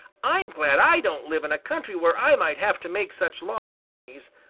i'm glad i don't live in a country where i might have to make such long journeys.